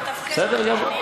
בסדר גמור.